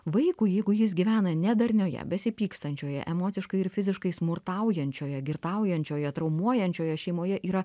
vaikui jeigu jis gyvena nedarnioje besipykstančioje emociškai ir fiziškai smurtaujančioje girtaujančioje traumuojančioje šeimoje yra